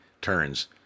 turns